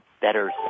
better